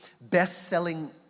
best-selling